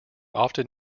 often